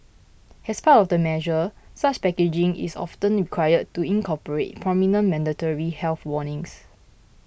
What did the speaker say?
as part of the measure such packaging is often required to incorporate prominent mandatory health warnings